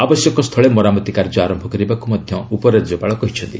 ଆବଶ୍ୟକସ୍ଥଳେ ମରାମତି କାର୍ଯ୍ୟ ଆରମ୍ଭ କରିବାକୁ ଉପରାଜ୍ୟପାଳ କହିଛନ୍ତି